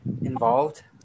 involved